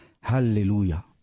Hallelujah